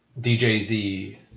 DJZ